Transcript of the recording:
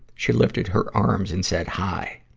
she lifted her arms and said, high.